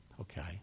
Okay